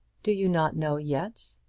do you not know yet?